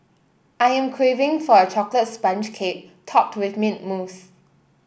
I am craving for a chocolate sponge cake topped with mint mousse